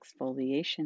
exfoliation